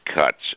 cuts